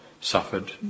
suffered